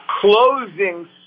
closing